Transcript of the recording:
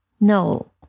No